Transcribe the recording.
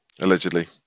Allegedly